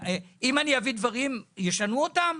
אם אני אביא דברים, ישנו אותם?